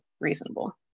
reasonable